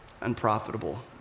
unprofitable